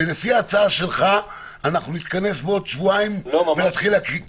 ולפי ההצעה שלך אנחנו נתכנס בעוד שבועיים ונתחיל להקריא.